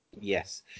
Yes